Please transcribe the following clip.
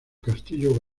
castillo